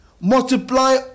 Multiply